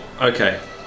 Okay